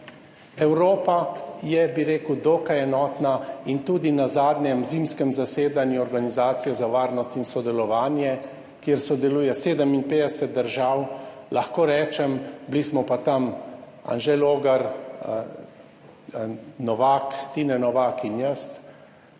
Evropa je, bi rekel, dokaj enotna in tudi na zadnjem zimskem zasedanju Organizacije za varnost in sodelovanje, kjer sodeluje 57 držav, lahko rečem, bili smo pa tam Anže Logar, Tine Novak in jaz.